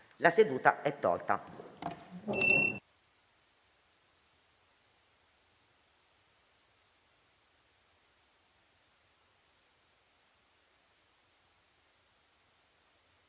La seduta è tolta